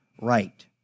right